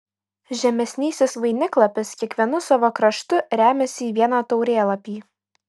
žemesnysis vainiklapis kiekvienu savo kraštu remiasi į vieną taurėlapį